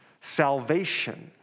Salvation